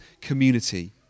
community